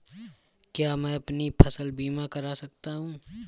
क्या मैं अपनी फसल बीमा करा सकती हूँ?